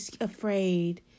afraid